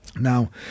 Now